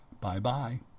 Bye-bye